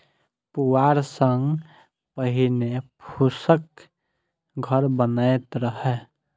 पुआर सं पहिने फूसक घर बनैत रहै